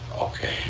Okay